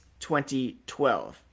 2012